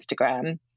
Instagram